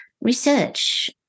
research